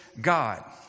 God